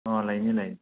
ꯑ ꯂꯩꯅꯤ ꯂꯩꯅꯤ